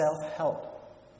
self-help